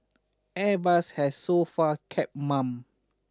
airbus has so far kept mum